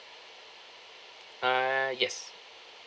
ah yes